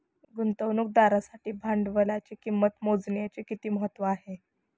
गुंतवणुकदारासाठी भांडवलाची किंमत मोजण्याचे किती महत्त्व आहे?